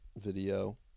video